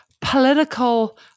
political